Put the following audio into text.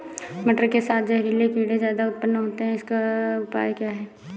मटर के साथ जहरीले कीड़े ज्यादा उत्पन्न होते हैं इनका उपाय क्या है?